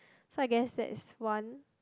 so I guess that is one